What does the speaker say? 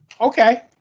Okay